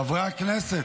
חברי הכנסת.